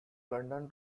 london